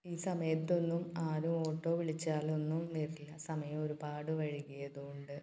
ഈ സമയത്തൊന്നും ആരും ഓട്ടോ വിളിച്ചാലൊന്നും വരില്ല സമയം ഒരുപാട് വൈകിയതുകൊണ്ട്